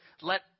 let